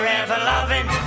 ever-loving